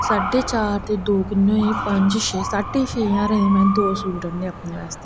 साढे चार ते दो किन्ने होए पंज छे साढे छे ज्हांरे दे में दो सूट आह्न्ने अपने आस्तै